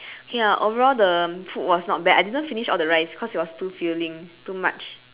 K ya overall the food was not bad I didn't finish all the rice because it was too filling too much